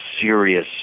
serious